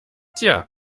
tja